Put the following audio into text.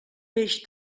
peix